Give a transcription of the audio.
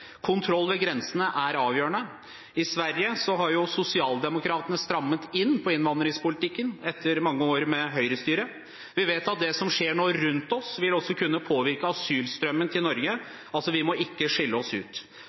Kontroll ved grensene er avgjørende. I Sverige har sosialdemokratene strammet inn på innvandringspolitikken etter mange år med høyrestyre. Vi vet at det som skjer rundt oss nå, også vil kunne påvirke asylstrømmen til Norge. Vi må altså ikke skille oss ut.